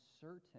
certain